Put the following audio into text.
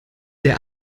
der